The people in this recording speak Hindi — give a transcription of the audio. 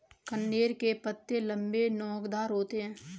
कनेर के पत्ते लम्बे, नोकदार होते हैं